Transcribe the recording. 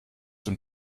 dem